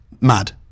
mad